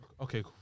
Okay